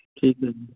ਠੀਕ ਹੈ ਜੀ